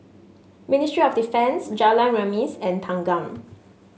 Ministry of Defence Jalan Remis and Thanggam